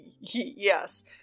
Yes